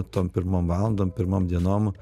tom pirmom valandom pirmom dienom